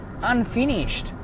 unfinished